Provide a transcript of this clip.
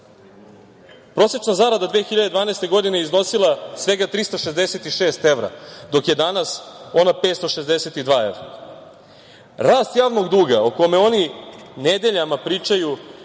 poen. Prosečna zarada 2012. godine je iznosila svega 366 evra, dok je danas ona 562 evra. Rast javnog duga, o kome oni nedeljama pričaju,